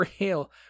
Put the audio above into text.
real